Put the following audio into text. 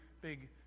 big